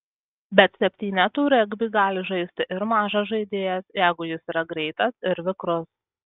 bet septynetų regbį gali žaisti ir mažas žaidėjas jeigu jis yra greitas ir vikrus